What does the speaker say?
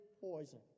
poison